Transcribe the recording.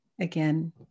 again